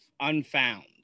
unfound